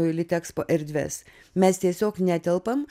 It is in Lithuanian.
litexpo erdves mes tiesiog netelpam